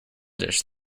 dish